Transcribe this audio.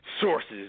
sources